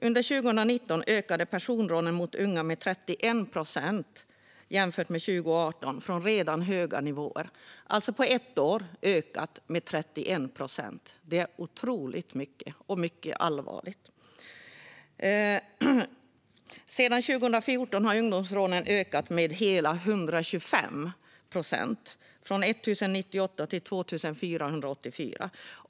Under 2019 ökade personrånen mot unga med 31 procent jämfört med 2018 från redan höga nivåer. De har alltså under ett år ökat med 31 procent. Det är otroligt mycket - och mycket allvarligt. Sedan 2014 har ungdomsrånen ökat med hela 125 procent - från 1 098 till 2 484.